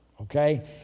okay